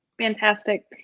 Fantastic